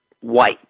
white